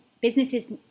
Businesses